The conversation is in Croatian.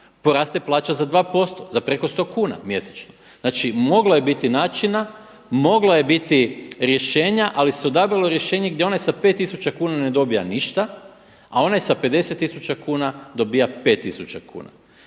poraste plaća za 2% za preko 100 kuna mjesečno. Znači moglo je biti načina, moglo je biti rješenja, ali se odabralo rješenje gdje onaj sa pet tisuća kuna ne dobija ništa, a onaj sa 50 tisuća kuna dobija pet tisuća